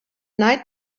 night